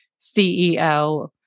CEO